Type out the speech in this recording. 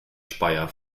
speyer